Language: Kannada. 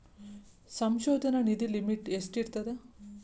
ಸಂಶೋಧನಾ ನಿಧಿ ಲಿಮಿಟ್ ಎಷ್ಟಿರ್ಥದ